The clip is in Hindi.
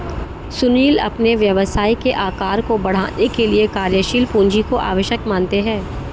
सुनील अपने व्यवसाय के आकार को बढ़ाने के लिए कार्यशील पूंजी को आवश्यक मानते हैं